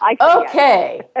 Okay